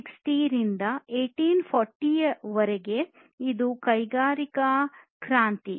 1760 ರಿಂದ 1840 ರವರೆಗೆ ಇದು ಮೊದಲ ಕೈಗಾರಿಕಾ ಕ್ರಾಂತಿ